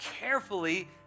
carefully